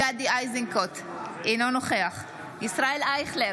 אינו נוכח ישראל אייכלר,